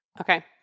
Okay